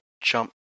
jump